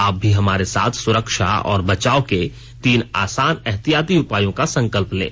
आप भी हमारे साथ सुरक्षा और बचाव के तीन आसान एहतियाती उपायों का संकल्प लें